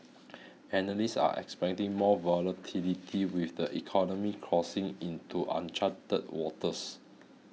analysts are expecting more volatility with the economy crossing into uncharted waters